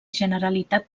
generalitat